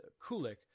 Kulik